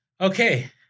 Okay